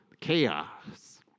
chaos